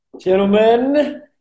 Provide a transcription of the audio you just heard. gentlemen